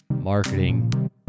marketing